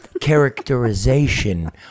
characterization